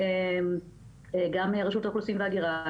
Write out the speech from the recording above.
גם רשות האוכלוסין וההגירה,